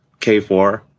K4